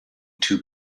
two